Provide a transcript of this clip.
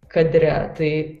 kadre tai